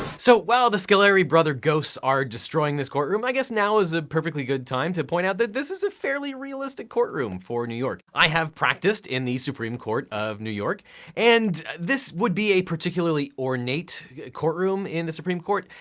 so while the scoleri brother ghosts are destroying this courtroom, i guess now is a perfectly good time to point out that this is a fairly realistic courtroom for new york. i have practiced in the supreme court of new york and this would be a particularly ornate courtroom in the supreme court.